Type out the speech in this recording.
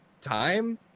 time